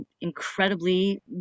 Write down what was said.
incredibly